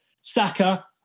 Saka